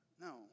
No